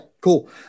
cool